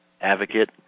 Advocate